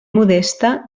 modesta